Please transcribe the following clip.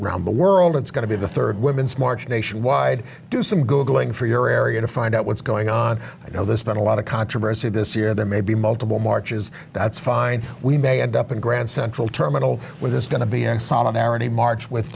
round the world it's going to be the third women's march nationwide do some googling for your area to find out what's going on you know this but a lot of controversy this year there may be multiple marches that's fine we may end up in grand central terminal where there's going to be solidarity march with